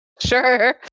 Sure